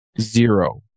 zero